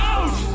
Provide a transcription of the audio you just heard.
Out